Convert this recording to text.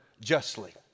justly